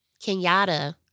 Kenyatta